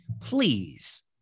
please